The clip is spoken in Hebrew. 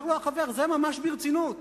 אומר לו החבר: זה ממש ברצינות.